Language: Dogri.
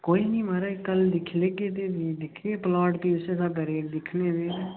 कोई नी महाराज कल्ल दिक्खी लैगे प्लाट ते उस्सै स्हाबें रेट दिक्खने फ्ही